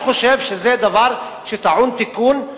אני חושב שזה דבר שטעון תיקון,